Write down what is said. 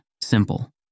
Simple